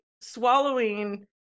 swallowing